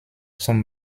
zum